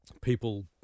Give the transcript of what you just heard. people